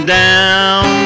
down